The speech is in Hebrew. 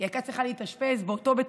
היא הייתה צריכה להתאשפז באותו בית